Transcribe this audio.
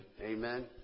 Amen